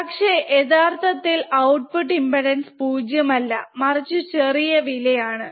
പക്ഷെ യഥാർത്ഥത്തിൽ output impedance 0 അല്ല മറിച്ചു ചെറിയ വില ആണ്